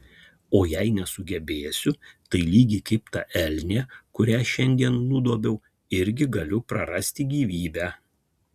o jei nesugebėsiu tai lygiai kaip ta elnė kurią šiandien nudobiau irgi galiu prarasti gyvybę